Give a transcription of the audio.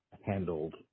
handled